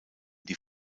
die